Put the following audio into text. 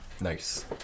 Nice